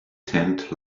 tent